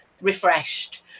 refreshed